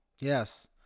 Yes